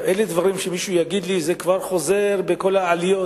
אלה דברים שמישהו יגיד לי שזה כבר חוזר בכל העליות.